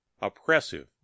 oppressive